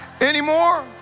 anymore